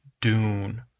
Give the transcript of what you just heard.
Dune